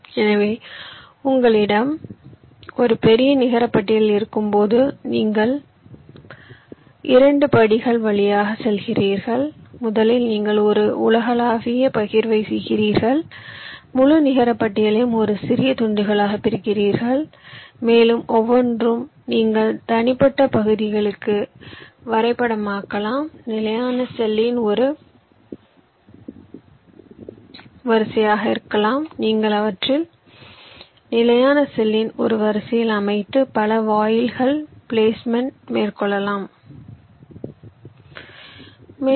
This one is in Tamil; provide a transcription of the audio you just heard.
எனவே உங்களிடம் ஒரு பெரிய நிகரப்பட்டியல் இருக்கும்போது நீங்கள் 2 படிகள் வழியாகச் செல்கிறீர்கள் முதலில் நீங்கள் ஒரு உலகளாவிய பகிர்வைச் செய்கிறீர்கள் முழு நிகர பட்டியலையும் ஒரு சிறிய துண்டுகளாகப் பிரிக்கிறீர்கள் மேலும் ஒவ்வொன்றும் நீங்கள் தனிப்பட்ட பகுதிகளுக்கு வரைபடமாக்கலாம் நிலையான செல்லின் ஒரு வரிசையாக இருக்கலாம் நீங்கள் அவற்றை நிலையான செல்லின் ஒரு வரிசையில் அமைத்து பல வாயில்களில் பிளேஸ்மெண்ட் மேற்கொள்ளலாம்